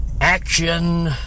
Action